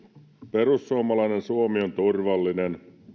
perussuomalainen suomi on turvallinen